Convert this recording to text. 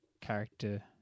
character